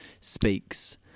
speaks